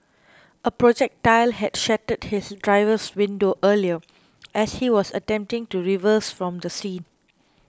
a projectile had shattered his driver's window earlier as he was attempting to reverse from the scene